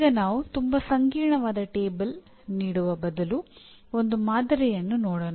ಈಗ ನಾವು ತುಂಬಾ ಸಂಕೀರ್ಣವಾದ ಕೋಷ್ಟಕವನ್ನು ನೀಡುವ ಬದಲು ಒಂದು ಮಾದರಿಯನ್ನು ನೋಡೋಣ